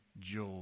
joy